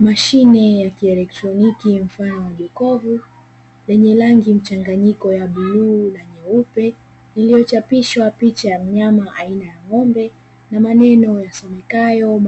Mashine ya kieletroniki mfano wa jokovu lenye rangi mchanganyiko wa bluu na nyeupe, lililochapishwa picha ya mnyama mfano wa ng'ombe na maneno yasomekayo